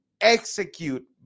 execute